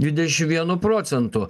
dvidešim vienu procentu